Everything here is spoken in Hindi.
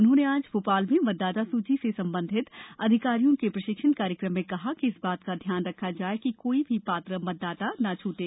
उन्होंने आज भोपाल में मतदाता सूची से संबंधित अधिकारियों के प्रशिक्षण कार्यकम में कहा कि इस बात का ध्यान रखा जाय कि कोई भी पात्र मतदाता न छूटे